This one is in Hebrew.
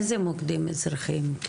איזה מוקדים אזרחיים?